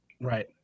right